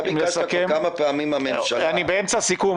אתה ביקשת כבר פעמים מהממשלה --- אני באמצע סיכום,